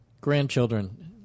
grandchildren